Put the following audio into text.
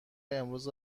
امروز